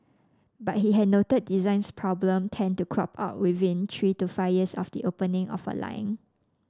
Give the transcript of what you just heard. but he had noted designs problem tend to crop up within three to five years of the opening of a line